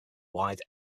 wide